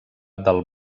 del